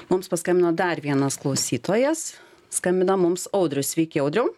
mums paskambino dar vienas klausytojas skambina mums audrius sveiki audriau